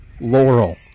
Laurel